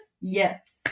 Yes